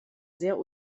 sehr